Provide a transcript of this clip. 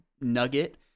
nugget